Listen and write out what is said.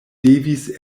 devis